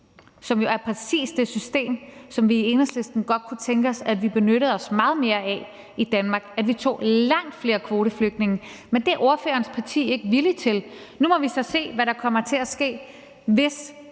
som jo er præcis det system, som vi i Enhedslisten godt kunne tænke os at vi benyttede os meget mere af i Danmark, altså at vi tog langt flere kvoteflygtninge. Men det er ordførerens parti ikke villig til. Nu må vi så se, hvad der kommer til at ske, hvis